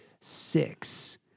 six